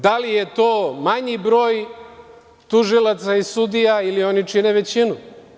Da li je to manji broj tužilaca i sudija ili oni čine većinu?